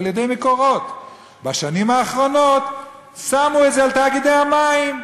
על-ידי "מקורות"; ובשנים האחרונות שמו את זה על תאגידי המים.